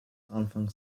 anfang